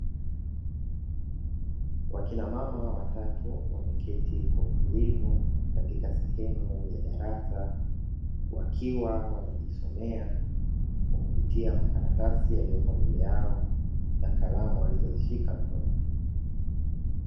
Wakina mama watatu wameketi kwa utulivu katika sehemu ya darasa wakiwa wanajisome kwakupitia makaratasi yaliyopo mbele yao na kalamu walizozishika mkononi.